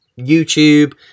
youtube